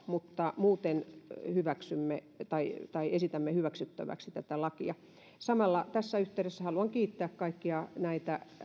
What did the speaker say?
mutta muuten esitämme hyväksyttäväksi tätä lakia samalla tässä yhteydessä haluan kiittää kaikkia näitä